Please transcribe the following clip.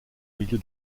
milieu